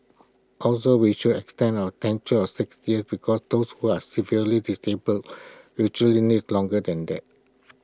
also we should extend our tenure of six years because those who are severely disabled usually need longer than that